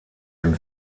dem